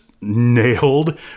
nailed